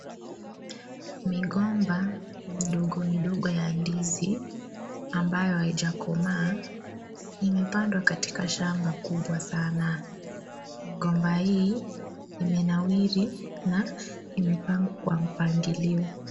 Migomba midogo midogo ya ndizi ambayo haijakomaa imepandwa katika shamba kubwa asana, migomba hii imenawiri na imepangwa kwa mpangilio.